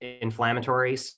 inflammatory